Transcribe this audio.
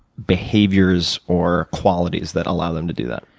behaviors or qualities that allow them to do that?